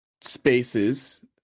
spaces